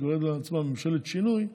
שקוראת לעצמה ממשלת שינוי,